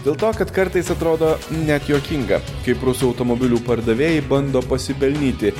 dėl to kad kartais atrodo net juokinga kaip rusų automobilių pardavėjai bando pasipelnyti